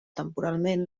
temporalment